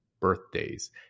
birthdays